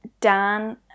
Dan